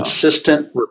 consistent